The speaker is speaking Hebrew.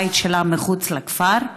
הבית שלה מחוץ לכפר,